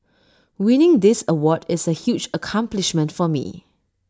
winning this award is A huge accomplishment for me